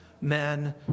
men